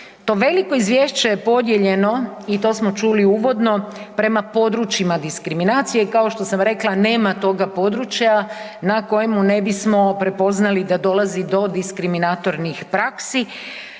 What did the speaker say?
To veliko izvješće je podijeljeno i to smo čuli uvodno prema područjima diskriminacije, kao što sam rekla, nema toga područja na kojemu ne bismo prepoznali da dolazi do diskriminatornih praksi